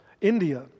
India